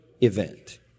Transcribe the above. event